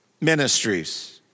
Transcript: ministries